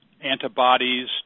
antibodies